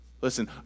Listen